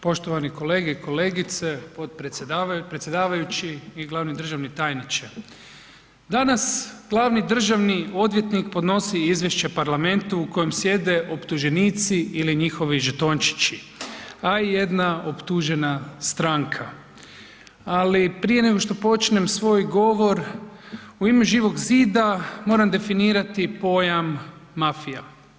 Poštovani kolege i kolegice, predsjedavajući i glavni državni tajniče, danas glavni državni odvjetnik podnosi izvješće parlamentu u kojem sjede optuženici ili njihovi žetončići, a i jedna optužena stranka, ali prije nego što počnem svoj govor u ime Živog zida moram definirati pojam mafija.